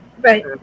right